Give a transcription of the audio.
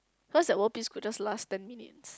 cause that world peace could just last ten minutes